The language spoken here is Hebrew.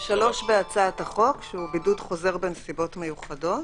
3 בהצעת החוק, שהוא בידוד חוזר בנסיבות מיוחדות